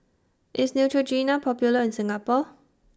IS Neutrogena Popular in Singapore